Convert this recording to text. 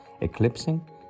eclipsing